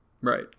Right